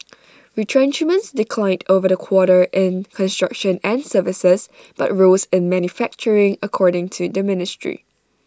retrenchments declined over the quarter in construction and services but rose in manufacturing according to the ministry